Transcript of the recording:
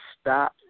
stop